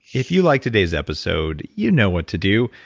if you liked today's episode, you know what to do.